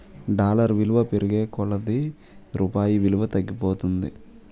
dollar విలువ పెరిగే కొలది రూపాయి విలువ తగ్గిపోతుంది